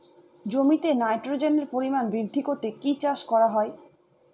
জমিতে নাইট্রোজেনের পরিমাণ বৃদ্ধি করতে কি চাষ করা হয়?